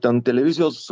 ten televizijos